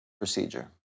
procedure